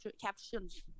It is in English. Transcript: captions